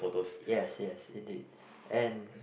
yes yes indeed and